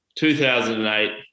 2008